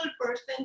person